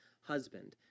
husband